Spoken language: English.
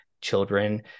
children